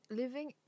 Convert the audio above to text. living